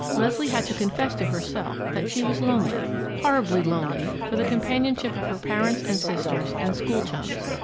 leslie had to confess to herself that she was lonely, horribly lonely for the companionship of her parents and sisters and school chums.